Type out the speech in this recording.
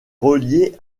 reliée